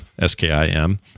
S-K-I-M